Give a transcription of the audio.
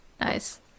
nice